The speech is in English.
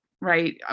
right